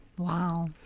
Wow